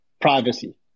privacy